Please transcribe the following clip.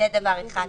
זה דבר אחד.